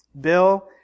Bill